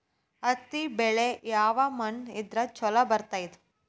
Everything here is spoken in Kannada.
ಹತ್ತಿ ಬೆಳಿ ಯಾವ ಮಣ್ಣ ಇದ್ರ ಛಲೋ ಬರ್ತದ?